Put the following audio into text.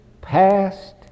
past